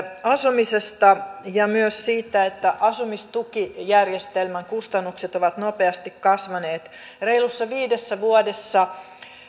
asumisesta ja myös siitä että asumistukijärjestelmän kustannukset ovat nopeasti kasvaneet reilussa viidessä vuodessa